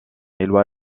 éloy